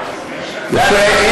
האלה.